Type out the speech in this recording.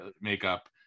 makeup